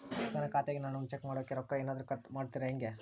ನನ್ನ ಖಾತೆಯಾಗಿನ ಹಣವನ್ನು ಚೆಕ್ ಮಾಡೋಕೆ ರೊಕ್ಕ ಏನಾದರೂ ಕಟ್ ಮಾಡುತ್ತೇರಾ ಹೆಂಗೆ?